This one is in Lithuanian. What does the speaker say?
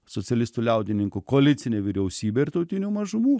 socialistų liaudininkų koalicinė vyriausybė ir tautinių mažumų